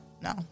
no